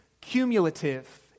cumulative